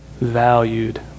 valued